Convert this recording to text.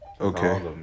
Okay